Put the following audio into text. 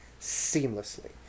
seamlessly